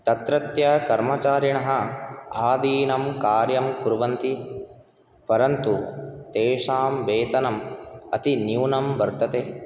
तत्रत्य कर्मचारिणः आदिनं कार्यं कुर्वन्ति परन्तु तेषां वेतनम् अतिन्यूनं वर्तते